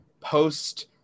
post-